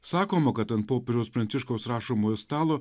sakoma kad ant popiežiaus pranciškaus rašomojo stalo